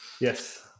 Yes